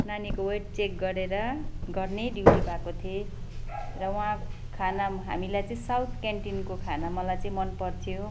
नानीको weight check गरेर गर्ने ड्युटी पाएको थिएँ र वहाँ खाना हामीलाई चाहिँ साउथ क्यानटिनको खाना मलाई चाहिँ मन पर्थ्यो